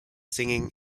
singing